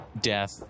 death